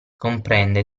comprende